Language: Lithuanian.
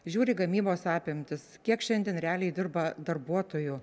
žiūri gamybos apimtis kiek šiandien realiai dirba darbuotojų